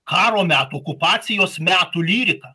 karo metų okupacijos metų lyriką